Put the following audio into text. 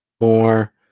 more